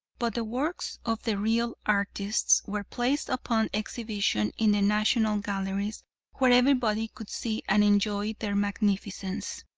but the works of the real artists were placed upon exhibition in the national galleries where everybody could see and enjoy their magnificence.